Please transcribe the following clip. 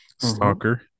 stalker